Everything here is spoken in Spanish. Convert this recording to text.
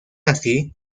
así